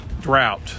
drought